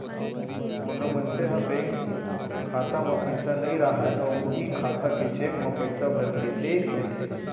कोनो मनसे ह बेंक खाता म पइसा नइ राहय अउ उहीं खाता के चेक म पइसा भरके दे देथे